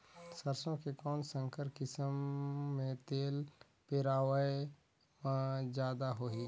सरसो के कौन संकर किसम मे तेल पेरावाय म जादा होही?